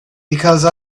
because